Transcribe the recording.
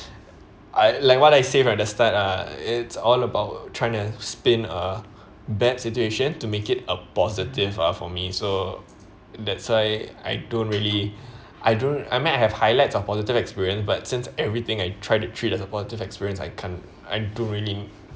I like what I say from the start ah it's all about trying to spin a bad situation to make it a positive ah for me so that's why I don't really I don't I mean I have highlights on positive experience but since everything I try to treat as a positive experience I can't I don't really